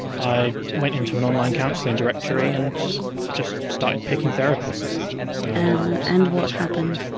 i went into an online counselling directory and just started picking therapists and what happened?